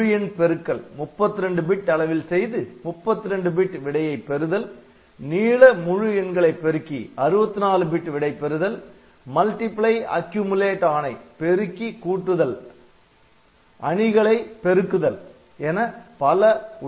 முழு எண் பெருக்கல் 32 பிட் அளவில் செய்து 32 பிட் விடையை பெறுதல் நீள முழு எண்களை பெருக்கி 64 பிட் விடைபெறுதல் மல்டிபிளை அக்யூமுலேட் ஆணை பெருக்கி கூட்டுதல் அணிகளை பெருக்குதல் என பல உள்ளன